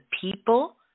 people